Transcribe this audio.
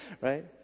right